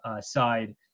side